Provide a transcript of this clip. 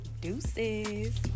deuces